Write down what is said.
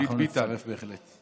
אנחנו נצטרף בהחלט.